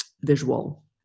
visual